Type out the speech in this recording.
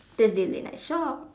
thursday late night shop